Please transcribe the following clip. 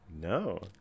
no